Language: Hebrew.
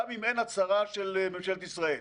גם אם אין הצהרה של ממשלת ישראל.